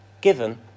given